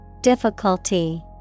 Difficulty